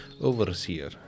overseer